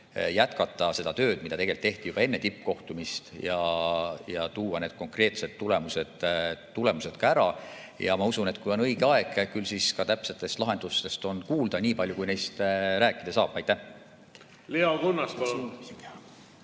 jätkata seda tööd, mida tegelikult tehti juba enne tippkohtumist, ja tuua need konkreetsed tulemused ära. Ja ma usun, et kui on õige aeg, küllap siis ka täpsetest lahendustest on kuulda, nii palju kui neist rääkida saab. Ma saan ainult korrata